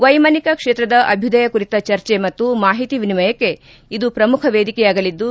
ವೈಮಾನಿಕ ಕ್ಷೇತ್ರದ ಅಭ್ಯದಯ ಕುರಿತ ಚರ್ಚೆ ಮತ್ತು ಮಾಹಿತಿ ವಿನಿಮಯಕ್ಕೆ ಇದು ಪ್ರಮುಖ ವೇದಿಕೆಯಾಗಲಿದ್ದು